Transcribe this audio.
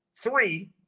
Three